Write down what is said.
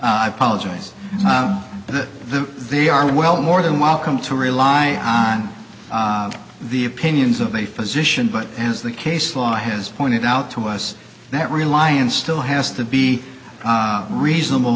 the they are well more than welcome to rely on the opinions of a physician but as the case law has pointed out to us that reliance still has to be reasonable